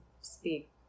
speak